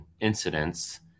incidents